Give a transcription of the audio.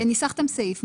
עדיין ניסחתם סעיף.